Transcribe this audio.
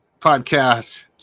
Podcast